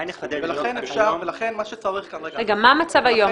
מה המצב היום?